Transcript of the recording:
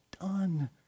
done